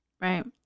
right